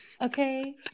Okay